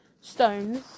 stones